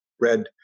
red